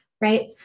Right